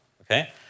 okay